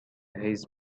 his